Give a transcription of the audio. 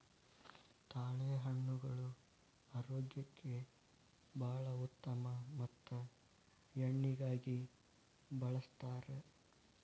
ತಾಳೆಹಣ್ಣುಗಳು ಆರೋಗ್ಯಕ್ಕೆ ಬಾಳ ಉತ್ತಮ ಮತ್ತ ಎಣ್ಣಿಗಾಗಿ ಬಳ್ಸತಾರ